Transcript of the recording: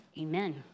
Amen